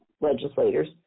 legislators